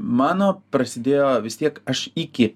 mano prasidėjo vis tiek aš iki